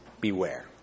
beware